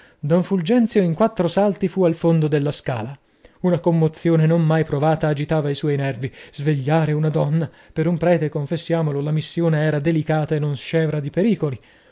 don fulgenzio in quattro salti fu al fondo della scala una commozione non mai provata agitava i suoi nervi svegliare una donna per un prete confessiamolo la missione era delicata e non scevra di pericoli